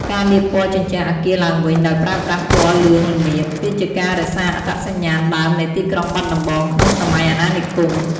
ការលាបពណ៌ជញ្ជាំងអគារឡើងវិញដោយប្រើប្រាស់ពណ៌លឿងល្មៀត គឺជាការរក្សាអត្តសញ្ញាណដើមនៃទីក្រុងបាត់ដំបងក្នុងសម័យអាណានិគម។